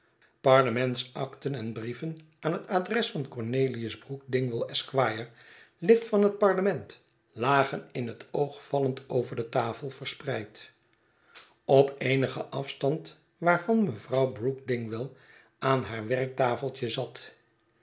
parlementsacten en brieven aan het adres van cornelius brook dingwall esq lid van het parlement lagen in het oog vallend over de tafel verspreid op eenigen afstand waarvan mevrouw brook dingwall aan haar werktafeltje zat